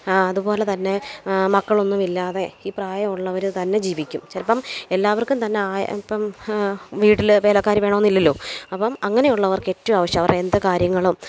അതുപോലെ തന്നെ മക്കൾ ഒന്നുമില്ലാതെ ഈ പ്രായമുള്ളവർ തന്നെ ജീവിക്കും ചിലപ്പം എല്ലാവർക്കും തന്നെ ആയ ഇപ്പം വീട്ടിൽ വേലക്കാരി വേണമെന്നില്ലല്ലോ അപ്പം അങ്ങനെയുള്ളവർക്ക് ഏറ്റവും ആവശ്യം അവരുടെ എന്ത് കാര്യങ്ങളും